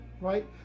Right